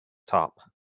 top